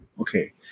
okay